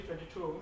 2022